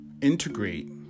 integrate